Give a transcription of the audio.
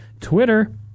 twitter